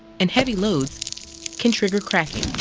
and heavy loads can trigger cracking.